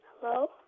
hello